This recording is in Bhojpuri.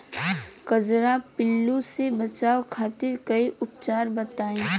कजरा पिल्लू से बचाव खातिर कोई उपचार बताई?